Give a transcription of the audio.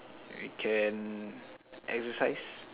you can exercise